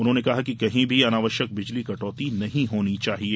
उन्होंने कहा कि कहीं भी अनावश्यक बिजली कटौती नहीं होना चाहिये